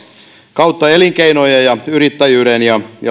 kautta elinkeinojen ja yrittäjyyden ja